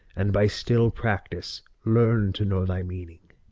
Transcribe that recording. and by still practice learn to know thy meaning.